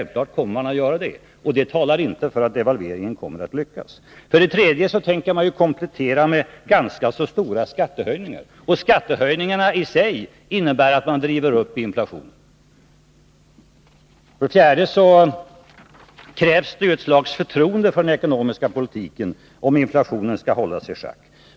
Vidare tänker regeringen ju komplettera med ganska stora skattehöjningar, och dessa i sig innebär att man driver upp inflationen. Sedan krävs det också ett slags förtroende för den ekonomiska politiken, om inflationen skall kunna hållas i schack.